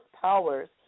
Powers